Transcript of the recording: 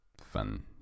Fun